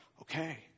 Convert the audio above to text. Okay